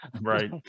Right